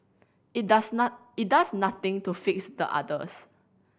it does it does nothing to fix the others